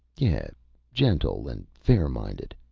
yeah gentle, and fairminded.